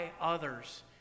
others